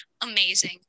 amazing